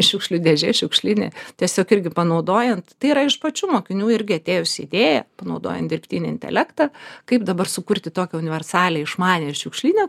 šiukšlių dėžė šiukšlinė tiesiog irgi panaudojant tai yra iš pačių mokinių irgi atėjusi idėja panaudojant dirbtinį intelektą kaip dabar sukurti tokią universalią išmanią šiukšlinę